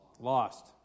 lost